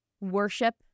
worship